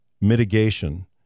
mitigation